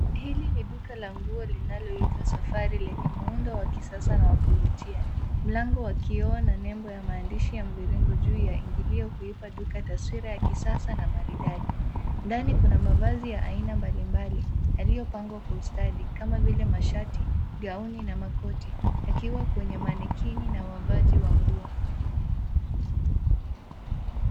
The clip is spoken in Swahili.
Hili ni duka la nguo linalo itwa Safari lenye muundo wa kifahari na la kuvutia, mlango ya kioo na mverongo ya maandishi yako juu ya uingilio, huipa duka taswira ya kisasa na maridadi. Ndani kuna mavazi ya aina mbalimbali yalio pangwa kwa ustadi, mashati, gauni na makoti yakiwa kwenye manikini na wavaaji wa nguo.